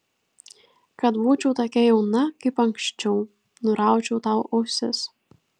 kad būčiau tokia jauna kaip anksčiau nuraučiau tau ausis